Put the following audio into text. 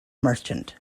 merchant